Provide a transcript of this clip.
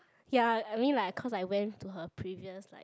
ya I mean like because I went to her previous like